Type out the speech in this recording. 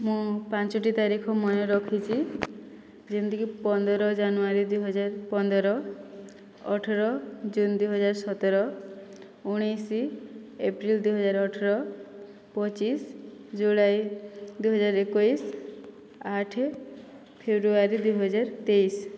ମୁଁ ପାଞ୍ଚୋଟି ତାରିଖ ମନେରଖିଛି ଯେମିତିକି ପନ୍ଦର ଜାନୁଆରୀ ଦୁଇହଜାର ପନ୍ଦର ଅଠର ଜୁନ୍ ଦୁଇହଜାର ସତର ଉଣେଇଶ ଏପ୍ରିଲ୍ ଦୁଇହଜାର ଅଠର ପଚିଶ ଜୁଲାଇ ଦୁଇହଜାର ଏକୋଇଶ ଆଠ ଫେବ୍ରୁଆରୀ ଦୁଇହଜାର ତେଇଶ